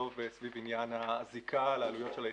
נסוב על הזיקה של העלויות של היחידה.